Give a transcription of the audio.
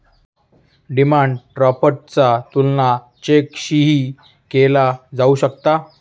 demand ड्राफ्टचा तुलना चेकशीही केला जाऊ शकता